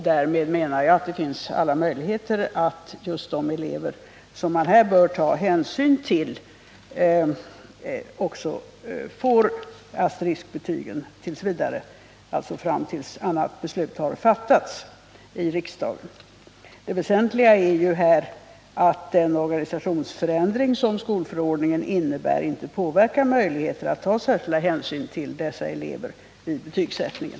Därmed menar jag att det finns alla möjligheter för att de elever som man just här bör ta hänsyn till också får asteriskbetygen t. v., dvs. fram tills annat beslut har fattats av riksdagen. Det väsentliga är ju att den organisationsförändring som skolförordningen innebär inte påverkar möjligheterna att ta särskilda hänsyn till dessa elever vid betygsättningen.